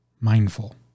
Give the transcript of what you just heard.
mindful